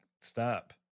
stop